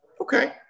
Okay